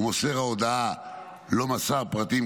ומוסר ההודעה לא מסר פרטים,